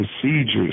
procedures